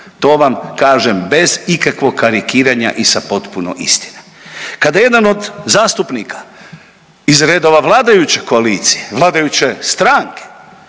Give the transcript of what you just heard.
To vam kažem bez ikakvog karikiranja i sa potpuno istine. Kada jedan od zastupnika iz redova vladajuće koalicije, vladajuće stanke